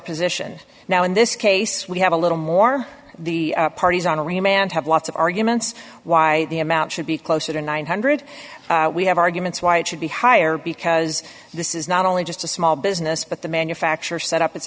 position now in this case we have a little more the parties on a remain and have lots of arguments why the amount should be closer to nine hundred dollars we have arguments why it should be higher because this is not only just a small business but the manufacture set up it